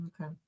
Okay